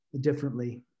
differently